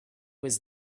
was